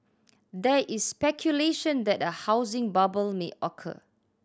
there is speculation that a housing bubble may occur